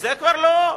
זה כבר לא.